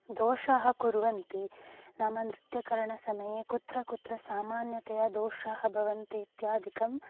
दोषान् कुर्वन्ति नाम नृत्यकरणसमये कुत्र कुत्र सामान्यतया दोषाः भवन्ति इत्यादिकं